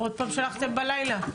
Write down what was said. עוד פעם שלחתם בלילה?